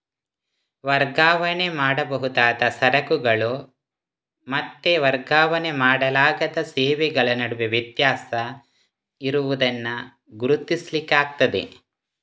ವರ್ಗಾವಣೆ ಮಾಡಬಹುದಾದ ಸರಕುಗಳು ಮತ್ತೆ ವರ್ಗಾವಣೆ ಮಾಡಲಾಗದ ಸೇವೆಗಳ ನಡುವೆ ವ್ಯತ್ಯಾಸ ಇರುದನ್ನ ಗುರುತಿಸ್ಲಿಕ್ಕೆ ಆಗ್ತದೆ